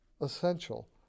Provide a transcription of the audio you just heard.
essential